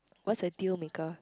what's the dealmaker